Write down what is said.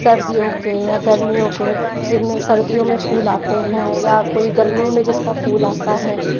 सर्दियों के या गर्मियों के जिनमें सर्दियों में फूल आते हैं या कोई गर्मी में जिसका फूल आता है